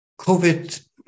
COVID